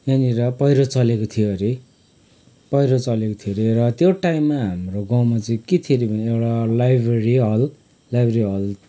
यहाँनिर पहिरो चलेको थियो अरे पहिरो चलेको थियो अरे र त्यो टाइममा हाम्रो गाँउमा चाहिँ के थियो अरे एउटा लाइब्रेरी हल लाइब्रेरी हल